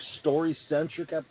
story-centric